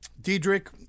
Diedrich